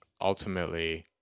ultimately